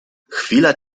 chwila